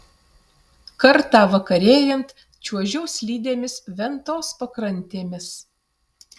kartą vakarėjant čiuožiau slidėmis ventos pakrantėmis